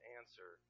answer